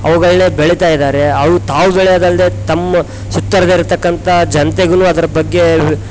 ಅವ್ಗಳನ್ನೆ ಬೆಳಿತಾ ಇದ್ದಾರೆ ಅವ್ರು ತಾವು ಬೆಳಿಯದು ಅಲ್ಲದೆ ತಮ್ಮ ಸುತ್ತುವರ್ದಿರ್ತಕ್ಕಂತ ಜನತೆಗುನು ಅದ್ರ ಬಗ್ಗೆ